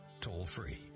toll-free